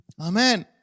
Amen